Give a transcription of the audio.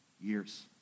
years